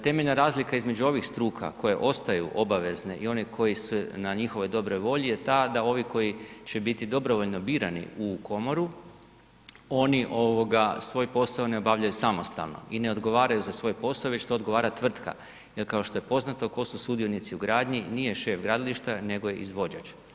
Temeljna razlika između u ovih struka koje ostaju obavezne i one koje su na njihovoj dobroj volji je ta da ovi koji će biti dobrovoljno birani u komoru, oni svoj posao ne obavljaju samostalno i ne odgovaraju za svoj posao već to odgovara tvrtka jer kao što je poznato tko su sudionici u gradnji, nije šef gradilišta nego je izvođač.